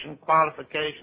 qualifications